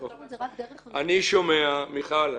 ------ מיכל,